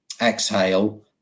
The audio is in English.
exhale